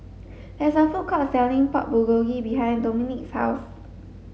there is a food court selling Pork Bulgogi behind Dominique's house